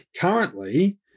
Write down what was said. Currently